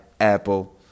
Apple